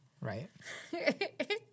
Right